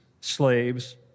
slaves